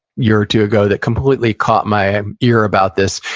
year or two ago, that completely caught my ear about this.